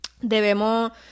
debemos